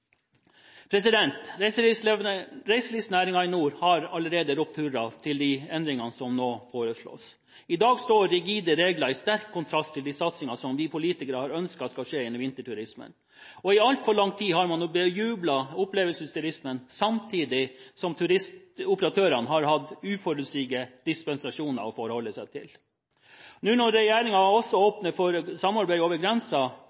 i nord har allerede ropt hurra til de endringene som nå foreslås. I dag står rigide regler i sterk kontrast til de satsinger som vi politikere har ønsket skal skje innen vinterturismen, og i altfor lang tid har man bejublet opplevelsesturismen samtidig som turistoperatørene har hatt uforutsigbare dispensasjoner å forholde seg til. Når nå regjeringen også åpner for samarbeid over